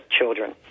children